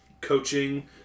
coaching